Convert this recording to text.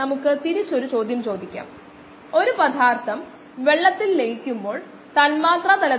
നമുക്ക് 1 s ഈ നിരയിലെ മൂല്യങ്ങൾ 1 v ഈ നിരയിലെ മൂല്യങ്ങൾ എന്നിവയുണ്ട്